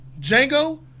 Django